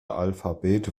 alphabet